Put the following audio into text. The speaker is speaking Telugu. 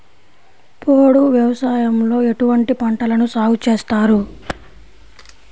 పోడు వ్యవసాయంలో ఎటువంటి పంటలను సాగుచేస్తారు?